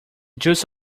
juice